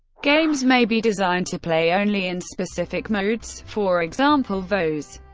games may be designed to play only in specific modes for example, voez,